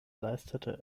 leistete